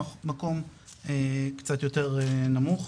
מקום קצת יותר נמוך,